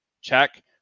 Check